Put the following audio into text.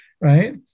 right